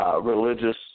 Religious